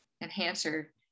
enhancer